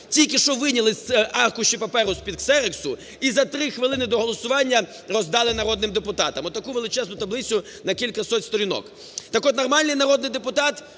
тільки що вийняли аркуші паперу з-під ксероксу і за 3 хвилини до голосування роздали народним депутатам отаку величезну таблицю, на кілька сотень сторінок. Так от, нормальний народний депутат